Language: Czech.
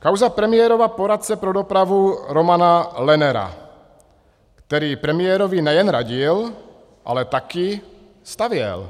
Kauza premiérova poradce pro dopravu Romana Lennera, který premiérovi nejen radil, ale taky stavěl.